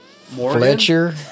Fletcher